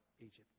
Egypt